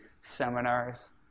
seminars